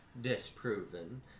disproven